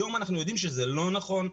היום אנחנו יודעים שזה לא נכון,